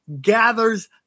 gathers